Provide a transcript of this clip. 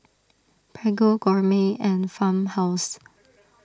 Prego Gourmet and Farmhouse